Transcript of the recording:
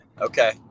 Okay